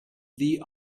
the